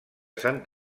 sant